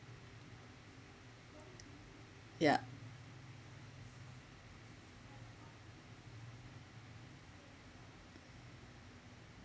yup